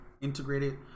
integrated